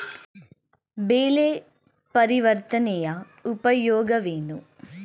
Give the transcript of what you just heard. ಬೆಳೆ ಪರಿವರ್ತನೆಯ ಉಪಯೋಗವೇನು?